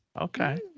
Okay